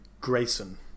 Grayson